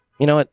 you know what,